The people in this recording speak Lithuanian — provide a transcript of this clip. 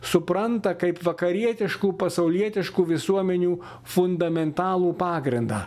supranta kaip vakarietiškų pasaulietiškų visuomenių fundamentalų pagrindą